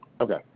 Okay